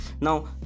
now